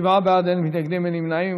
שבעה בעד, אין מתנגדים, אין נמנעים.